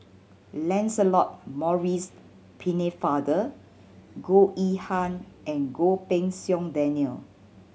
Lancelot Maurice Pennefather Goh Yihan and Goh Pei Siong Daniel